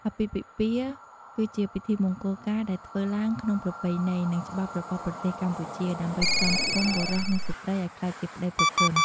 អាពាហ៍ពិពាហ៍ គឺជាពិធីមង្គលការដែលធ្វើឡើងក្នុងប្រពៃណី និងច្បាប់របស់ប្រទេសកម្ពុជា ដើម្បីផ្សំផ្គុំបុរសនិងស្ត្រីឲ្យក្លាយជាប្ដីប្រពន្ធ។